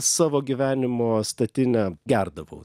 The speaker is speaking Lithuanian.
savo gyvenimo statinę gerdavau